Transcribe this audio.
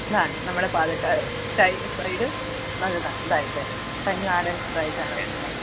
ഇതാണ് നമ്മുടെ പാലക്കാട് സൈ സൈഡ് നല്ലതാണ് ഇതായിട്ട് തനിനാടൻ ഇതായിട്ടാണ് വരുന്നത്